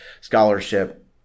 Scholarship